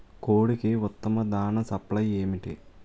కోడికి ఉత్తమ దాణ సప్లై ఏమిటి?